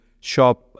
shop